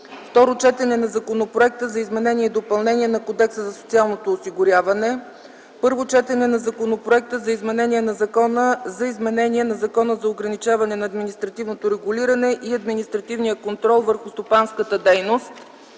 Второ четене на Законопроекта за изменение и допълнение на Кодекса за социално осигуряване. 8. Първо четене на Законопроекта за изменение и допълнение на Закона за ограничаване на административното регулиране и административния контрол върху стопанската дейност.